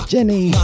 Jenny